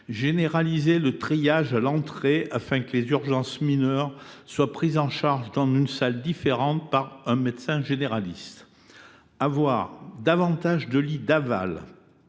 généraliser le triage à l’entrée, afin que les urgences mineures soient prises en charge dans une salle différente par un médecin généraliste ; deuxièmement, disposer